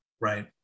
Right